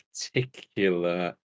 particular